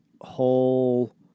whole